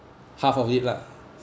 half of it lah